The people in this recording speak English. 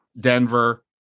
Denver